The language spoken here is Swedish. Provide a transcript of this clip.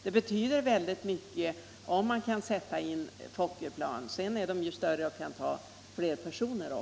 Det betyder mycket om man kan sätta in Fokkerplan, som dessutom är större och kan ta fler passagerare.